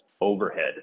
overhead